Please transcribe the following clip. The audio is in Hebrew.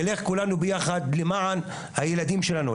נלך כולנו ביחד למען הילדים שלנו,